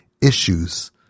issues